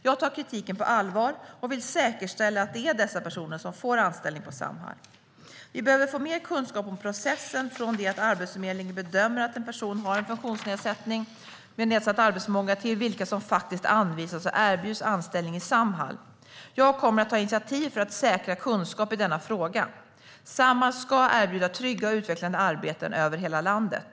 Jag tar kritiken på allvar och vill säkerställa att det är dessa personer som får anställning på Samhall. Vi behöver få mer kunskap om processen från det att Arbetsförmedlingen bedömer att en person har en funktionsnedsättning med nedsatt arbetsförmåga till vilka som faktiskt anvisas och erbjuds anställning i Samhall. Jag kommer att ta initiativ för att säkra kunskap i denna fråga. Samhall ska erbjuda trygga och utvecklande arbeten över hela landet.